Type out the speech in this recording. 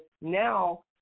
now